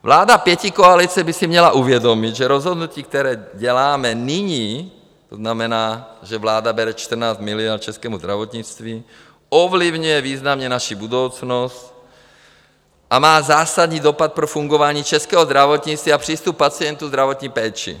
Vláda pětikoalice by si měla uvědomit, že rozhodnutí, které děláme nyní, to znamená, že vláda bere 14 miliard českému zdravotnictví, ovlivňuje významně naši budoucnost a má zásadní dopad pro fungování českého zdravotnictví a přístup pacientů ke zdravotní péči.